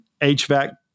HVAC